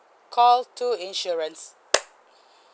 call two insurance